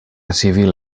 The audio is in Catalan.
civil